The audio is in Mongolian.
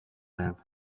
байв